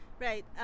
Right